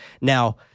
Now